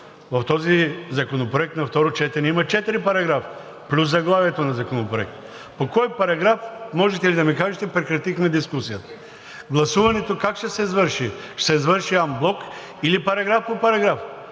В този законопроект на второ четене има четири параграфа плюс заглавието на Законопроекта. По кой параграф, можете ли да ми кажете, прекратихме дискусията? Гласуването как ще се извърши? Ще се извърши анблок или параграф по параграф?